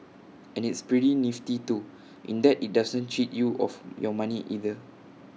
and it's pretty nifty too in that IT doesn't cheat you of your money either